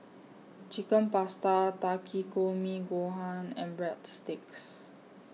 Chicken Pasta Takikomi Gohan and Breadsticks